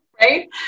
Right